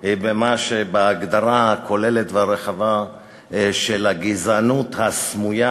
שלנו היא במה שבהגדרה הכוללת והרחבה של הגזענות הסמויה,